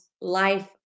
Life